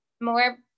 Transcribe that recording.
more